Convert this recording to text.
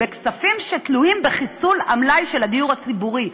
בכספים שתלויים בחיסול המלאי של הדיור הציבורי.